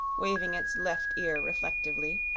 waving its left ear reflectively.